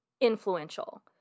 influential